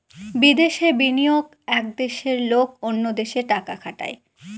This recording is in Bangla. বিদেশে বিনিয়োগ এক দেশের লোক অন্য দেশে টাকা খাটায়